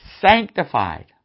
sanctified